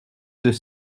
deux